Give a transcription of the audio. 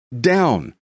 down